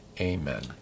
Amen